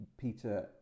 Peter